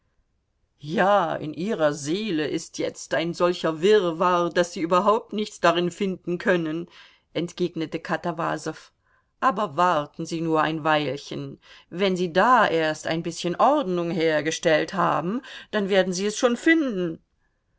ja in ihrer seele ist jetzt ein solcher wirrwarr daß sie überhaupt nichts darin finden können entgegnete katawasow aber warten sie nur ein weilchen wenn sie da erst ein bißchen ordnung hergestellt haben dann werden sie es schon finden